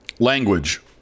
Language